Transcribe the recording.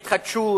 התחדשות,